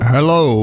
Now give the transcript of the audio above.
Hello